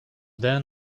then